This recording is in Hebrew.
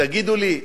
תגידו לי,